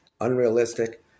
unrealistic